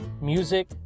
Music